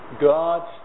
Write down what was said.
God